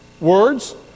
words